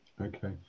okay